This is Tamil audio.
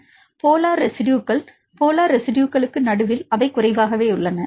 நான் போலார் ரெஸிட்யுகள் போலார் ரெஸிட்யுகளுக்கு நடுவில் அவை குறைவாகவே உள்ளன